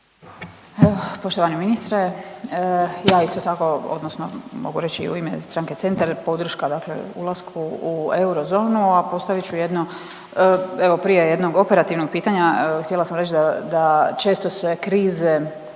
poštovani ministre, ja isto tako odnosno mogu reći i u ime stranke Centar podrška dakle ulasku u eurozonu, a postavit ću jedno, evo prije jednog operativnog pitanja htjela sam reć da, da često se krize